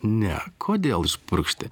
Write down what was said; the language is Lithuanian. ne kodėl purkšti